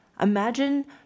Imagine